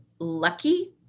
lucky